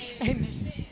Amen